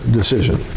decision